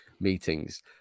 meetings